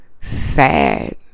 sad